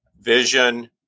Vision